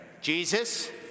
Jesus